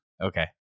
Okay